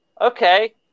okay